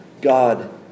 God